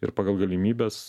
ir pagal galimybes